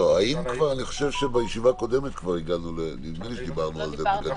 לגבי השאלה האם בישיבה הקודמת כבר דיברנו על זה.